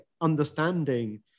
understanding